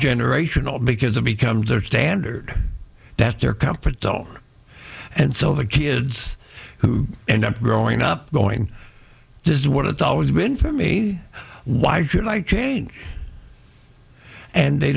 generational because it becomes or standard that their comfort zone and so the kids who end up growing up going does what it's always been for me why should i change and they